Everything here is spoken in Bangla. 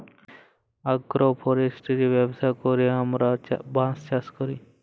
আগ্রো ফরেস্টিরি ব্যবস্থা ক্যইরে আমরা বাঁশ চাষ ক্যরি